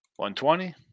120